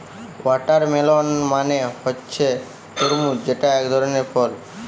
watermelon মানে হচ্ছে তরমুজ যেটা একধরনের ফল